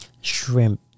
shrimp